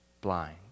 blind